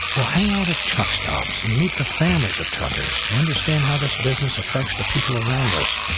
we'll hang out at truck stops and meet the families of truckers, to understand how this business affects the people around us,